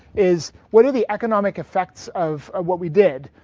is what are the economic effects of what we did.